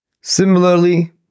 Similarly